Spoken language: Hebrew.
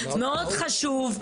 מאוד חשוב.